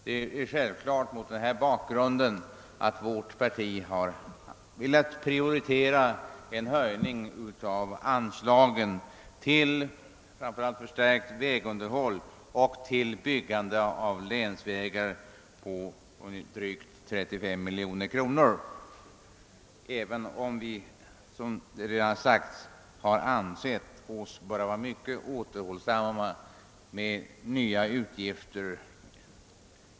Det är mot denna bakgrund självklart att vårt parti velat prioritera en höjning av anslagen till framför allt förstärkt vägunderhåll och till byggande av länsvägar på drygt 35 miljoner kronor, även om vi med tanke på den samhällsekonomiska situationen ansett oss böra vara mycket återhållsamma med nya utgifter.